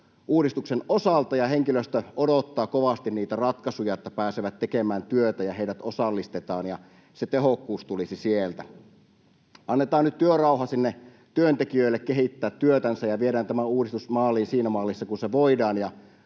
osalta, ja henkilöstö odottaa kovasti niitä ratkaisuja, että pääsevät tekemään työtä ja heidät osallistetaan ja se tehokkuus tulisi sieltä. Annetaan nyt työrauha sinne työntekijöille kehittää työtänsä ja viedään tämä uudistus maaliin siinä mallissa kuin se voidaan.